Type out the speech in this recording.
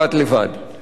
לא הצלחתי להבין.